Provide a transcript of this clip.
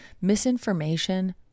misinformation